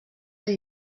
del